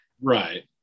right